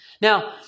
Now